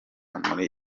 muri